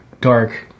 dark